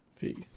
Peace